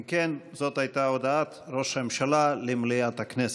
אם כן, זאת הייתה הודעת ראש הממשלה למליאת הכנסת.